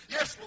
Yes